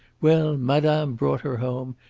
well, madame brought her home,